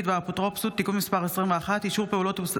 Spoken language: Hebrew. יסמין פרידמן ויוראי להב הרצנו,